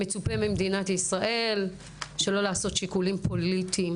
מצופה ממדינת ישראל שלא לעשות שיקולים פוליטיים.